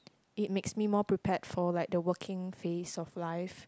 it makes me more prepared for like the working phase of life